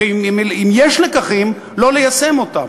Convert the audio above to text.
ואם יש לקחים, לא ליישם אותם.